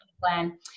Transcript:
plan